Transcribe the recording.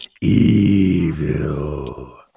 evil